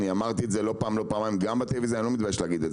אני אמרתי את זה פעם או פעמיים גם בטלוויזיה ואני לא מתבייש להגיד,